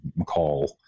McCall